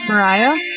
Mariah